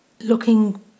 looking